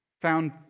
found